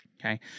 Okay